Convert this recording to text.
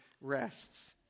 rests